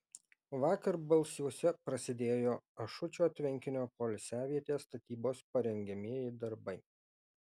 vakar balsiuose prasidėjo ašučio tvenkinio poilsiavietės statybos parengiamieji darbai